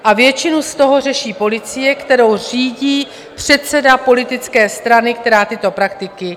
A většinu z toho řeší policie, kterou řídí předseda politické strany, která tyto praktiky toleruje.